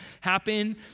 happen